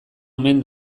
omen